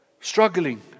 struggling